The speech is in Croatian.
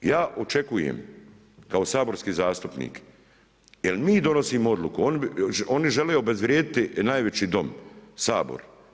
Ja očekujem kao saborski zastupnik, jer mi donosimo odluku, oni žele obezvrijediti najveći Dom, Sabor.